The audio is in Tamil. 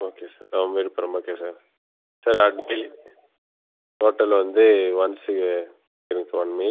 ஓகே சார் அது மாரி பண்ண மாட்டேன் சார் சார் அது மாரி டோட்டல் வந்து ஒன்ஸ் இருங்கள் சார் ஒன் மினிட்